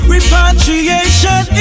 Repatriation